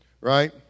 right